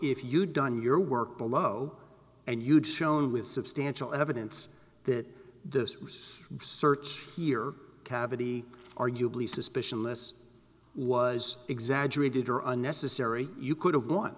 if you'd done your work below and you'd shown with substantial evidence that the search here cavity arguably suspicion this was exaggerated or unnecessary you could have won